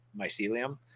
mycelium